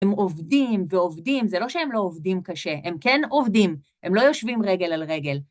הם עובדים ועובדים, זה לא שהם לא עובדים קשה, הם כן עובדים, הם לא יושבים רגל על רגל.